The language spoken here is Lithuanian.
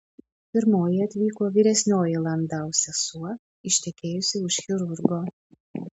pirmoji atvyko vyresnioji landau sesuo ištekėjusi už chirurgo